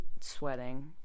sweating